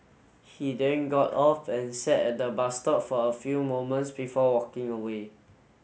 he then got off and sat at the bus stop for a few moments before walking away